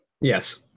Yes